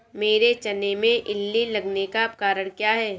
मेरे चने में इल्ली लगने का कारण क्या है?